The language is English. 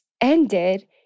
ended